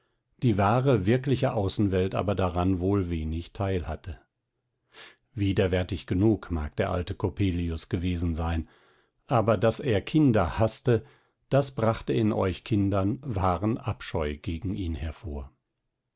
die wahre wirkliche außenwelt aber daran wohl wenig teilhatte widerwärtig genug mag der alte coppelius gewesen sein aber daß er kinder haßte das brachte in euch kindern wahren abscheu gegen ihn hervor